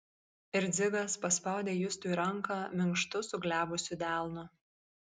ir dzigas paspaudė justui ranką minkštu suglebusiu delnu